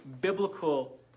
biblical